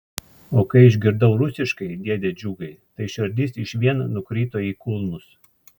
o kai išgirdau rusiškai dėde džiugai tai širdis išvien nukrito į kulnus